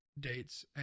Dates